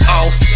off